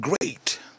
great